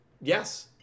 Yes